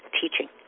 teaching